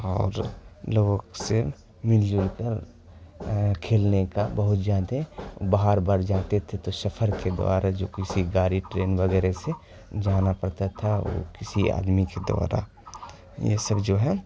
اور لوگوں سے مل جل کر کھیلنے کا بہت زیادہ بار بار جاتے تھے تو سفر کے دوارا جو کسی گاڑی ٹرین وغیرہ سے جانا پڑتا تھا اور وہ کسی آدمی کے دوارا یہ سب جو ہے